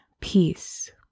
peace